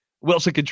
Wilson